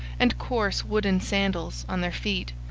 and coarse wooden sandals on their feet,